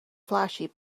flashy